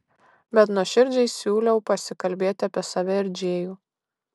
bet nuoširdžiai siūliau pasikalbėti apie save ir džėjų